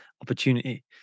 opportunity